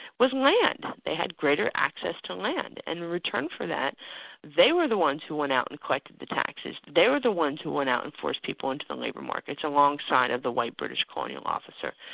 was land. they had greater access to land, and in return for that they were the ones who went out and collected the taxes, they were the ones who went out and forced people into the labour markets alongside of the white british colonial officer.